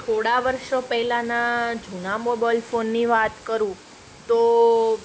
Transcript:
થોડાં વર્ષો પહેલાંના જૂના મોબાઈલ ફોનની વાત કરું તો